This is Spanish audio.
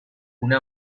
una